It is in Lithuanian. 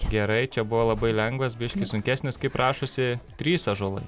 gerai čia buvo labai lengvas biškį sunkesnis kaip rašosi trys ąžuolai